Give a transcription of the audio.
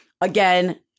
Again